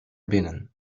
binnen